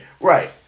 Right